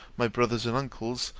my brother and uncles,